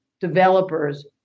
developers